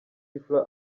fla